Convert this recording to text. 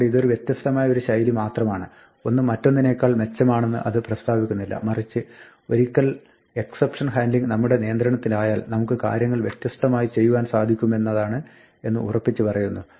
അതുകൊണ്ട് ഇതൊരു വ്യത്യസ്തമായ ഒരു ശൈലി മാത്രമാണ് ഒന്ന് മറ്റൊന്നിനേക്കാൾ മെച്ചമാണെന്ന് അത് പ്രസ്താവിക്കുന്നില്ല മറിച്ച് ഒരിക്കൽ എക്സപ്ഷൻ ഹാൻഡ്ലിംഗ് നമ്മുടെ നിയന്ത്രണത്തിലായാൽ നമുക്ക് കാര്യങ്ങൾ വ്യത്യസ്തമായി ചെയ്യുവാൻ സാധിക്കുന്നതാണ് എന്ന് ഉറപ്പിച്ചു പറയുന്നു